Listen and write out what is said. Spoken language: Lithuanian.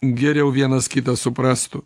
geriau vienas kitą suprastų